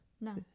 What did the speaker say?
No